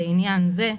לעניין זה,